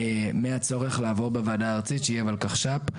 מהצורך לעבור בוועדה הארצית שהיא הולקחש"פ,